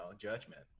judgment